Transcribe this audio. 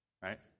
right